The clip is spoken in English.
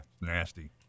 nasty